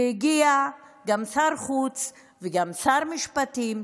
והגיעו גם שר החוץ וגם שר המשפטים,